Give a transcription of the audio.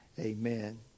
Amen